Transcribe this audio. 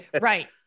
Right